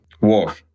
War